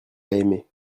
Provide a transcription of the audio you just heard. aimé